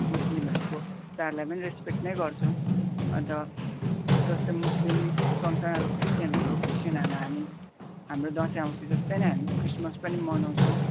मुस्लिमहरूको चाडलाई पनि रेस्पेक्ट नै गर्छौँ अन्त जस्तै मुस्लिम सँगसँगै क्रस्चियनहरू क्रिस्चियन अब हामी हाम्रो दसैँ औँसी जस्तै नै हामी क्रिसमस पनि मनाउँछौँ